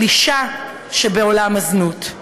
של אישה שבעולם הזנות,